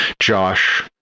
Josh